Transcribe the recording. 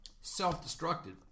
self-destructive